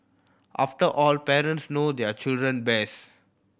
after all parents know their children best